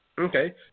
Okay